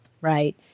right